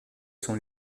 sont